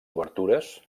obertures